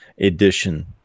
edition